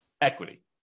equity